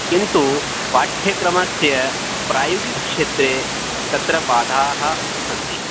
किन्तु पाठ्यक्रमस्य प्रायोगिकक्षेत्रे तत्र बाधाः सन्ति